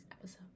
episode